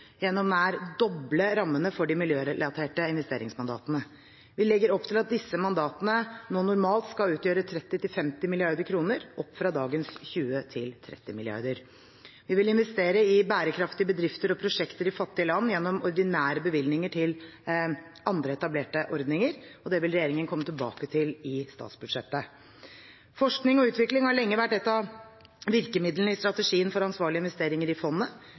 gjennom nær å doble rammene for de miljørelaterte investeringsmandatene. Vi legger opp til at disse mandatene nå normalt skal utgjøre 30–50 mrd. kr, opp fra dagens 20–30 mrd. kr. Vi vil investere i bærekraftige bedrifter og prosjekter i fattige land gjennom ordinære bevilgninger til andre etablerte ordninger. Det vil regjeringen komme tilbake til i statsbudsjettet. Forskning og utvikling har lenge vært et av virkemidlene i strategien for ansvarlige investeringer i fondet.